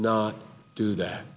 not do that